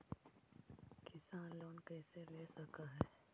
किसान लोन कैसे ले सक है?